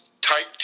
type